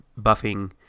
buffing